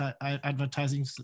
advertising